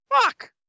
Fuck